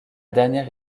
dernière